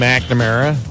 McNamara